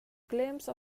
glimpse